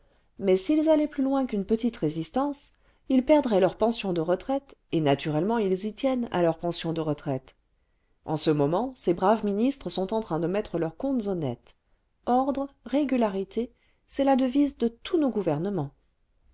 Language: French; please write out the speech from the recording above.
mais s'ils allaient plus loin qu'une petite résistance ils perdraient leur pension de retraite et naturellement ils y tiennent à leur pension de retraite en ce moment ces braves ministres sont en train de mettre leurs comptes au net ordre régularité c'est la devise de tous nos gouvernements